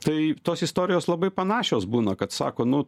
tai tos istorijos labai panašios būna kad sako nu